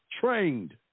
trained